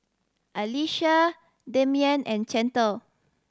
Alisha Damien and Chantel